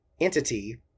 entity